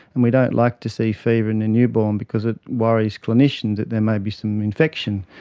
and we don't like to see fever in a newborn because it worries clinicians that there may be some infection.